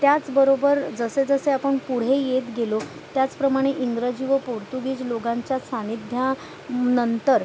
त्याचबरोबर जसेजसे आपण पुढे येत गेलो त्याचप्रमाणे इंग्रजी व पोर्तुगीज लोकांच्या सान्निध्या नंतर